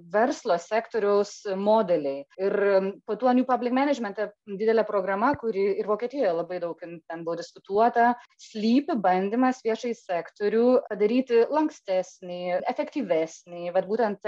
verslo sektoriaus modeliai ir po tuo new public management didelė programa kuri ir vokietijoj labai daug jin ten buvo diskutuota slypi bandymas viešąjį sektorių padaryti lankstesnį efektyvesnį vat būtent